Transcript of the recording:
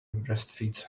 breastfeeds